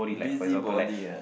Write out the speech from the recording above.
busybody ah